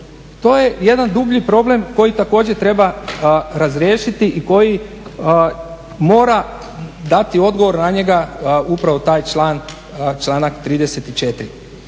To je jedan dublji problem koji također treba razriješiti i koji mora dati odgovor na njega upravo taj članak 34.